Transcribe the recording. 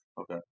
Okay